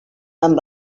amb